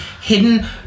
hidden